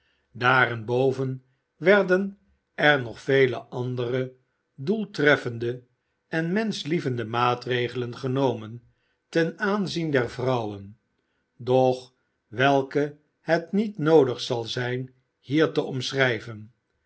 daarenboven werden er nog vele andere doeltreffende en menschlievendc maatregelen genomen ten aanzien der vrouwen doch welke het niet noodig zal zijn hier te omschrijven